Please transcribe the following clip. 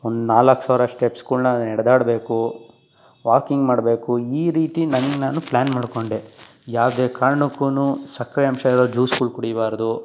ಒಂದು ನಾಲ್ಕು ಸಾವಿರ ಸ್ಟೆಪ್ಸ್ಗಳ್ನ ನಡೆದಾಡ್ಬೇಕು ವಾಕಿಂಗ್ ಮಾಡಬೇಕು ಈ ರೀತಿ ನಂಗೆ ನಾನು ಪ್ಲಾನ್ ಮಾಡಿಕೊಂಡೆ ಯಾವುದೇ ಕಾರ್ಣಕ್ಕೂ ಸಕ್ಕರೆ ಅಂಶಗಳ ಜ್ಯೂಸ್ಗಳು ಕುಡಿಯಬಾರ್ದು